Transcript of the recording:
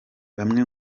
bamwe